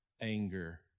anger